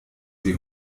sie